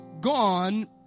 gone